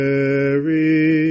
Mary